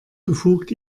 befugt